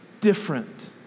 different